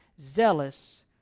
zealous